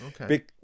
Okay